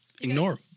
ignore